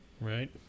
Right